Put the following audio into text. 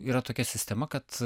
yra tokia sistema kad